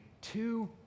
two